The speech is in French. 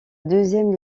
deuxième